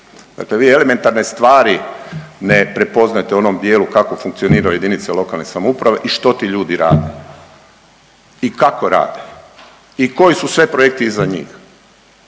Dakle, vi elementarne stvari ne prepoznajete u onom dijelu kako funkcioniraju jedinice lokalne samouprave i što ti ljudi rade i kako rade i koji su sve projekti iza njih.